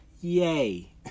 Yay